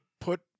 put